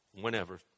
whenever